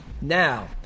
Now